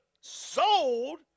Sold